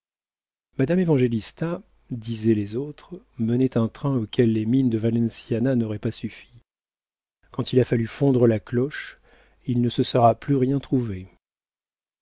madame évangélista disaient les autres menait un train auquel les mines de valenciana n'auraient pas suffi quand il a fallu fondre la cloche il ne se sera plus rien trouvé